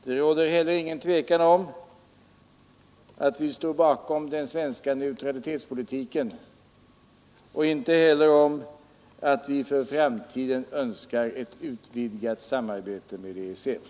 Det råder heller ingen tvekan om att vi står bakom den svenska neutralitetspolitiken och inte heller om att vi för framtiden önskar ett utvidgat samarbete med EEC